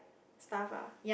stuff ah